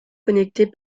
connectés